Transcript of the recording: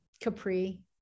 Capri